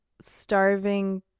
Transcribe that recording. starving